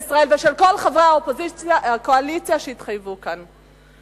ממשלת ישראל, ושל כל חברי הקואליציה שהתחייבו כאן.